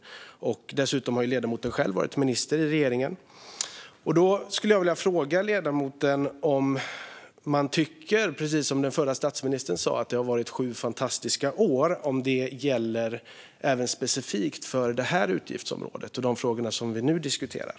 Dessutom har ledamoten själv varit minister i regeringen. Jag skulle vilja fråga ledamoten om man tycker, precis som den förra statsministern sa, att det har varit sju fantastiska år och om det gäller specifikt även för det här utgiftsområdet och de frågor som vi nu diskuterar.